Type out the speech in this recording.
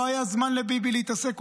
לא היה זמן לביבי להתעסק.